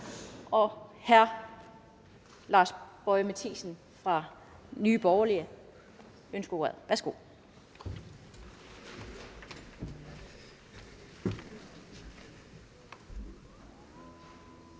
Hr. Lars Boje Mathiesen fra Nye Borgerlige ønsker ordet. Værsgo.